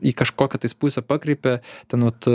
į kažkokią tais pusę pakreipia ten vat